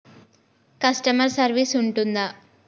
Customer service ఉంటుందా?